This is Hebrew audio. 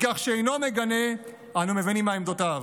מכך שאינו מגנה, אנו מבינים מה עמדותיו.